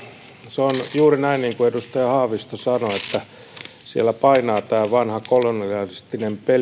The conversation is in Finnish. se on juuri näin niin kuin edustaja haavisto sanoi että siellä painaa tämä vanha kolonialistinen